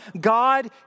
God